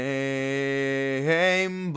Name